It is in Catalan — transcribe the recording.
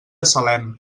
salem